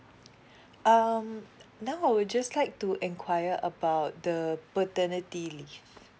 um now I would just like to enquire about the paternity leave